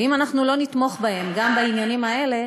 ואם אנחנו לא נתמוך בהם גם בעניינים האלה,